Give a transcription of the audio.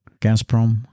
Gazprom